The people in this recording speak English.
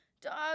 dog